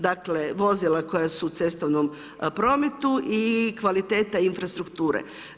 Dakle vozila koja su u cestovnom prometu i kvaliteta infrastrukture.